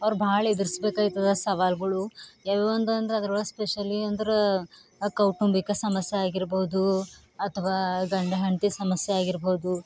ಅವ್ರು ಭಾಳ ಎದರಿಸ್ಬೇಕಾಯ್ತದೆ ಸವಾಲುಗಳು ಯಾವ್ಯಾವು ಅಂತಂದ್ರೆ ಅದ್ರೊಳಗೆ ಸ್ಪೆಷಲಿ ಅಂದ್ರೆ ಕೌಟುಂಬಿಕ ಸಮಸ್ಯೆ ಆಗಿರ್ಬೋದು ಅಥವಾ ಗಂಡ ಹೆಂಡತಿ ಸಮಸ್ಯೆ ಆಗಿರ್ಬೋದು